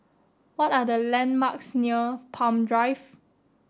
what are the landmarks near Palm Drive